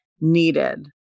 needed